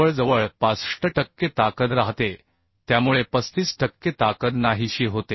जवळजवळ 65 टक्के ताकद राहते त्यामुळे 35 टक्के ताकद नाहीशी होते